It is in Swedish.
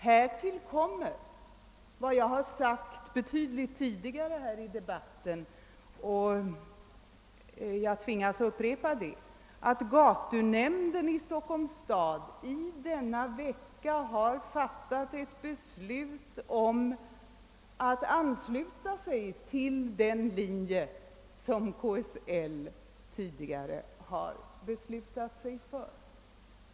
Härtill kommer vad jag har sagt betydligt tidigare i debatten — jag tvingas upprepa det — att gatunämnden i Stockholms stad denna vecka har beslutat att ansluta sig till den linje som KSL tidigare har stannat för.